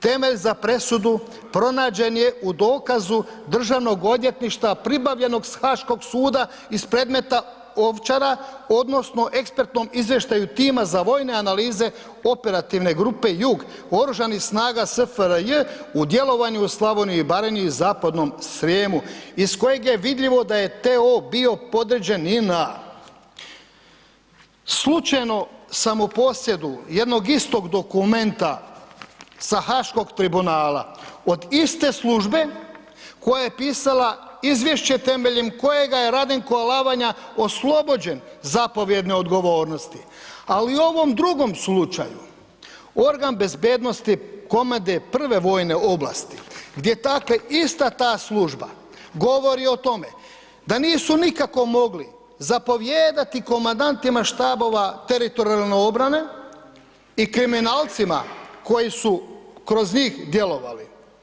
Temelj za presudu pronađen je u dokazu državnog odvjetništva pribavljenog s Haaškog suda iz predmeta Ovčara, odnosno ekspertnom izvještaju tima za vojne analize operativne grupe Jug, Oružanih snaga SFRJ u djelovanju u Slavoniji i Baranji i zapadnom Srijemu iz kojeg je vidljivo da je T.O. bio podređen ... Slučajno sam u posjedu jednog istog dokumenta sa haškog tribunala od iste službe koja je pisala izvješće temeljem kojega je Radenko Alavanja oslobođen zapovjedne odgovornosti ali u ovom drugom slučaju Organ bezbednosti Komande prve vojne oblasti gdje dakle ista ta služba govori o tome da nisu nikako mogli zapovijedati komandantima štabova teritorijalne obrane i kriminalcima koji su kroz njih djelovali.